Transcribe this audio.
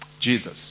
Jesus